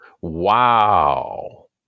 Wow